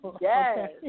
Yes